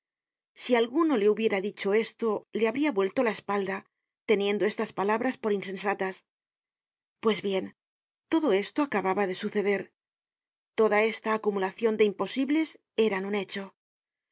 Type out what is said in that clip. si alguno le hubiera dicho esto le habria vuelto la espalda teniendo estas palabras por insensatas pues bien todo esto acababa de suceder toda esta acumulacion de imposibles era un hecho